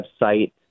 website